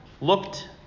looked